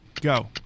Go